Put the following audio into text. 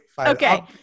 Okay